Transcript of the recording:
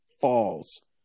falls